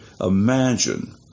imagine